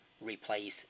replace